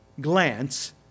Glance